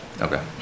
okay